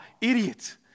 idiot